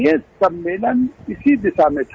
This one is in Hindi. यह सम्मेलन इसी दिशा में था